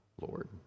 Lord